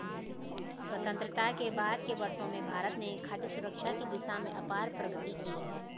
स्वतंत्रता के बाद के वर्षों में भारत ने खाद्य सुरक्षा की दिशा में अपार प्रगति की है